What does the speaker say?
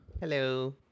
Hello